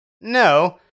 no